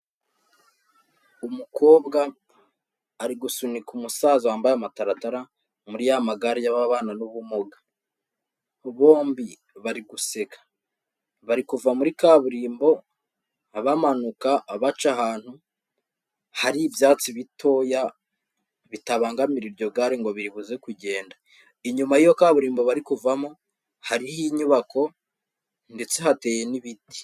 Umukobwa ari gusunika umusaza wambaye amataratara muri ya magare y'ababana n'ubumuga. Bombi bari guseka. Bari kuva muri kaburimbo, bamanuka baca ahantu hari ibyatsi bitoya, bitabangamira iryo gare ngo biribuze kugenda. Inyuma y'iyo kaburimbo bari kuvamo, hariho inyubako ndetse hateye n'ibiti.